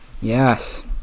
Yes